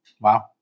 Wow